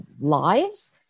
lives